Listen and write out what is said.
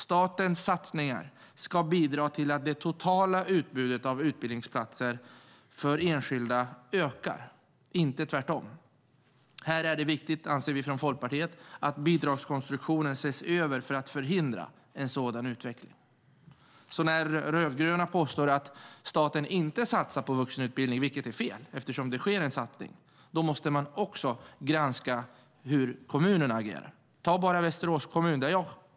Statens satsningar ska bidra till att det totala utbudet av utbildningsplatser för enskilda ökar, inte tvärtom. Här är det viktigt, anser vi från Folkpartiet, att bidragskonstruktionen ses över för att förhindra en sådan utveckling. När de rödgröna påstår att staten inte satsar på vuxenutbildning, vilket är fel eftersom det sker en satsning, måste man också granska hur kommunerna agerar. Ett exempel är min hemkommun Västerås.